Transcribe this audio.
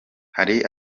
hari